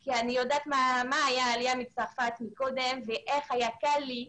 כי אני יודעת מה היה עם העלייה מצרפת קודם לכן ואיך היה קל לי.